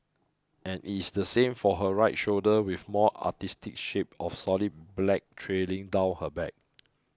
and it is the same for her right shoulder with more artistic shapes of solid black trailing down her back